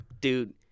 dude